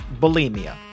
bulimia